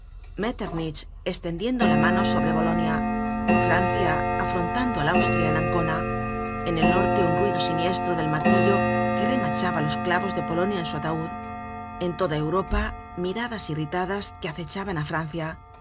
metternich estendiendo la mano sobre bolonia francia afrontando al austria en ancona en el norte un ruido siniestro del martillo que remachaba los clavos de polonia en su ataud en toda europa miradas irritadas que acechaban á francia